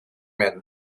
men